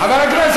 מרבית המשפחות,